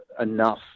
enough